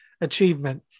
achievement